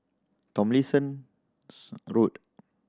Tomlinson's Road